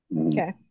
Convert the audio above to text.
Okay